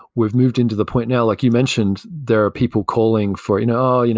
we've moved into the point now, like you mentioned, there are people calling for in, oh, you know